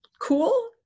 Cool